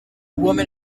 woman